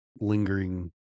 lingering